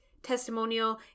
testimonial